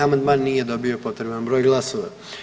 Amandman nije dobili potreban broj glasova.